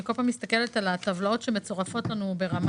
כל פעם אני מסתכלת על הטבלאות שמצורפות לנו ברמת